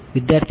વિદ્યાર્થી 4